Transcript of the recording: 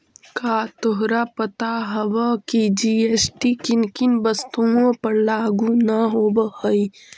का तोहरा पता हवअ की जी.एस.टी किन किन वस्तुओं पर लागू न होवअ हई